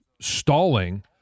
stalling